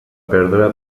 perdre